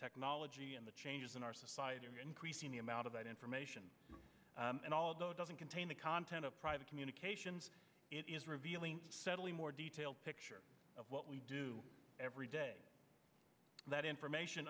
technology and the changes in our society are increasing the amount of that information and although it doesn't contain the content of private communications it is revealing sadly more detailed picture of what we do every day that information